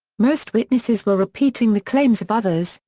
most witnesses were repeating the claims of others,